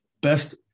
best